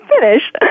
finish